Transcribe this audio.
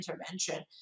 intervention